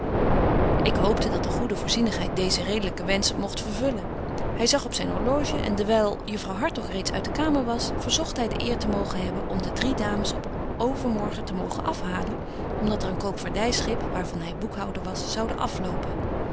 ik hoopte dat de goede voorzienigheid deezen redelyken wensch mogt vervullen hy zag op zyn orloge en dewyl juffrouw hartog reeds uit de kamer was verzogt hy de eer te mogen hebben om de drie dames op overmorgen te mogen afhalen om dat er een koopvaardyschip waar van hy boekhouder was zoude